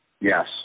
Yes